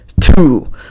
two